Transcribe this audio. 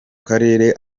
karere